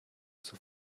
zur